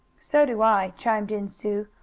so do i, chimed in sue.